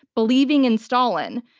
believing in stalin,